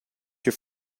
your